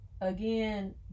again